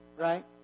right